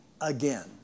again